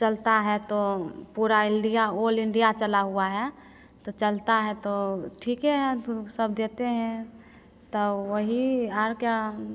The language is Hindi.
चलता है तो पूरा इण्डिया ऑल इण्डिया चला हुआ है तो चलता है तो ठीके है तो सब देते हैं तब वही और क्या